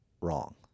wrong